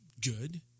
good